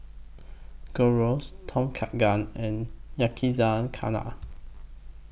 Gyros Tom Kha Gai and Yakizakana